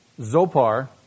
Zopar